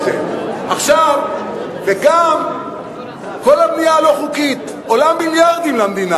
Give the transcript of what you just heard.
לשר הפנים לטיפול במקרים הומניטריים מיוחדים,